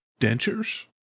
Dentures